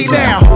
now